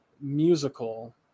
musical